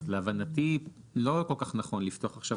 אז להבנתי לא כל כך נכון לפתוח עכשיו